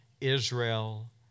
Israel